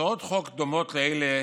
הצעות חוק דומות לאלה